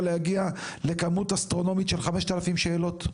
להגיע לכמות אסטרונומית של 5,000 שאלות?